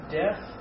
death